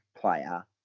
player